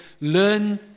learn